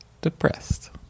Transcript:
depressed